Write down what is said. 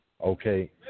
Okay